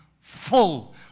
full